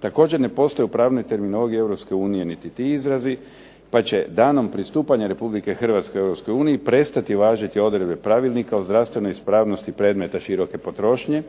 Također ne postoji u pravnoj terminologiji Europske unije niti ti izrazi, pa će danom pristupanja Republike Hrvatske Europskoj uniji prestati važiti odredbe Pravilnika o zdravstvenoj ispravnosti predmeta široke potrošnje